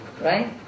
Right